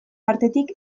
partetik